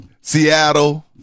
Seattle